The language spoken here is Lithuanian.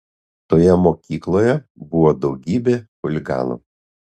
toje mokykloje buvo daugybė chuliganų